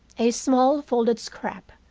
a small folded scrap,